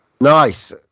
Nice